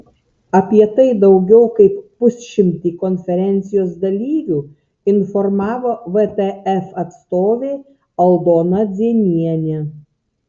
apie tai daugiau kaip pusšimtį konferencijos dalyvių informavo vtf atstovė aldona dzienienė